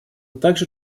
также